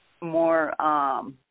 more